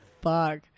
fuck